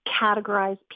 categorize